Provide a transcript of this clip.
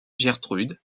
gertrude